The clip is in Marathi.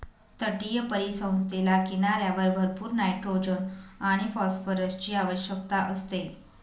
तटीय परिसंस्थेला किनाऱ्यावर भरपूर नायट्रोजन आणि फॉस्फरसची आवश्यकता असते